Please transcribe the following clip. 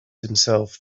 himself